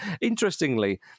interestingly